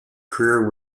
career